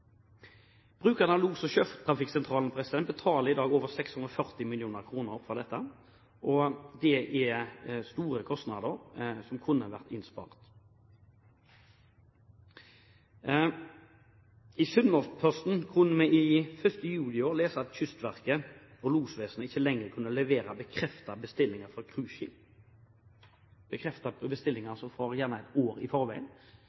Brukerne av los- og sjøtrafikksentralen betaler i dag over 640 mill. kr for dette. Det er store kostnader som kunne vært innspart. I Sunnmørsposten kunne vi 1. juli i år lese at Kystverket og losvesenet ikke lenger kunne levere bekreftede bestillinger fra cruiseskip – bekreftede bestillinger gjort gjerne ett år i forveien